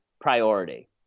priority